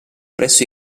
presso